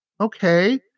okay